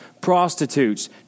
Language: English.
prostitutes